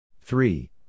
Three